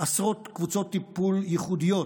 עשרות קבוצות טיפול ייחודיות,